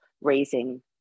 raising